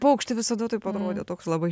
paukštė visada taip atrodė toks labai